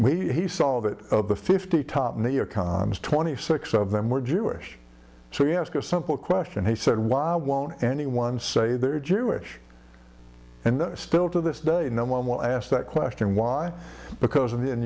we saw that fifty top twenty six of them were jewish so he asked a simple question he said why won't anyone say there are jewish and still to this day no one will ask that question why because in